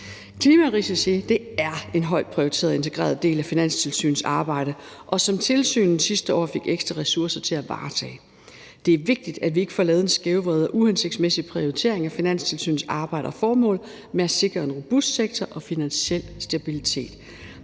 Klimarisici er en højt prioriteret og integreret del af Finanstilsynets arbejde, som tilsynet sidste år fik ekstra ressourcer til at varetage. Det er vigtigt, at vi ikke får lavet en skævvredet og uhensigtsmæssig prioritering af Finanstilsynets arbejde og formål med at sikre en robust sektor og finansiel stabilitet.